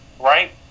right